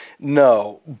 No